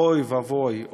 אוי ואבוי,